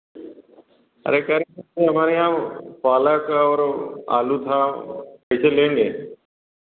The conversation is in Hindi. अरे कर हमारे यहाँ पालक और आलू था इसे लेंगे